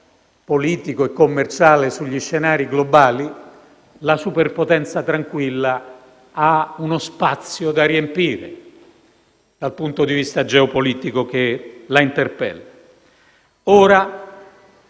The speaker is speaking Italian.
politico e commerciale sugli scenari globali. La superpotenza tranquilla ha uno spazio da riempire, dal punto di vista geopolitico, che la interpella. Ora